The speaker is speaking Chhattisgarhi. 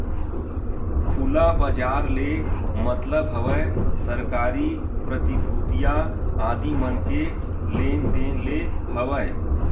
खुला बजार ले मतलब हवय सरकारी प्रतिभूतिया आदि मन के लेन देन ले हवय